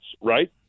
right